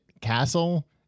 Castle